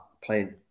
playing